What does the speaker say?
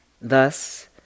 Thus